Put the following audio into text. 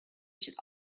should